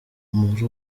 muri